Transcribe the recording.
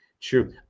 true